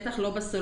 בטח לא בסולארי.